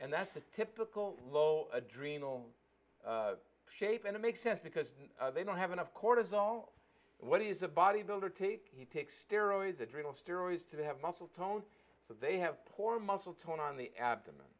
and that's a typical low adrenal shape and it makes sense because they don't have enough cortisol what is a bodybuilder take take steroids adrenal steroids to have muscle tone so they have poor muscle tone on the abdomen